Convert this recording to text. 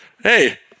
hey